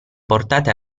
portate